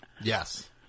Yes